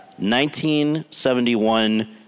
1971